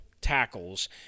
tackles